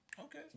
Okay